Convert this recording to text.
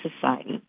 society